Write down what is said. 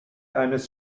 eines